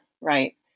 right